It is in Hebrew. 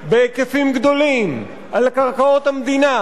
בהיקפים גדולים על קרקעות המדינה,